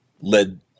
led